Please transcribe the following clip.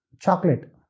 chocolate